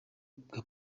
bwa